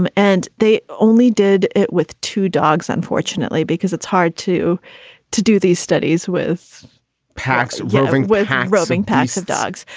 um and they only did it with two dogs, unfortunately, because it's hard to to do these studies with packs gathering with roving packs of dogs.